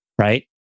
right